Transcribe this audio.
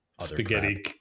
spaghetti